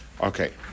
Okay